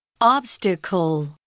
obstacle